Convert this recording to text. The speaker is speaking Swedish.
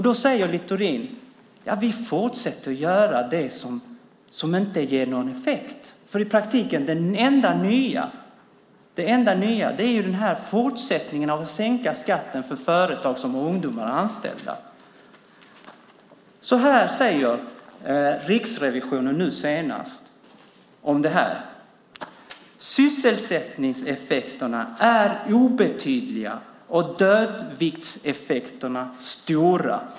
Då säger Littorin: Ja, vi fortsätter att göra det som inte ger någon effekt. Det enda nya, i praktiken, är ju den här fortsättningen med att sänka skatten för företag som har ungdomar anställda. Så här sade Riksrevisionen senast om det här: Sysselsättningseffekterna är obetydliga och dödviktseffekterna stora.